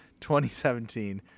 2017